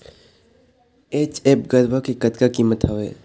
HF गरवा के कतका कीमत हवए?